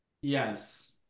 Yes